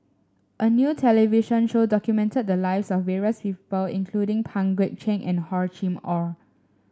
a new television show documented the lives of various people including Pang Guek Cheng and Hor Chim Or